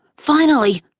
finally,